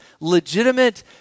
legitimate